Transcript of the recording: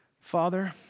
Father